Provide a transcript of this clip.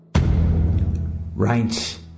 right